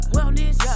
Wellness